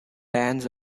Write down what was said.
bands